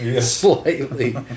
Slightly